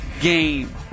game